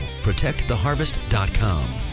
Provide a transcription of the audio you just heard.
ProtectTheHarvest.com